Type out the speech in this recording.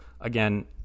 Again